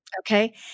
okay